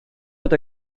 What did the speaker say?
fod